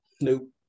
Nope